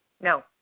No